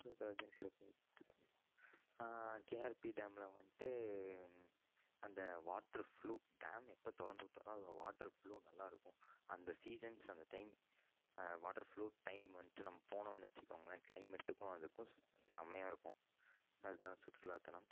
KRP டேமில் வந்துட்டு அந்த வாட்ரு ஃப்ளூ டேம் எப்போ திறந்து விட்டாலும் வாட்ரு ஃப்ளூ நல்லாருக்கும் அந்த சீசன்ஸ் அந்த டைம் வாட்ரு ஃப்ளூ டைம் வந்துட்டு நம்ப போனோம்ன்னு வச்சுக்கோங்ளேன் கிளைமேட்டுக்கும் அதுக்கும் செம்மையா இருக்கும் அது தான் சுற்றுலா தளம்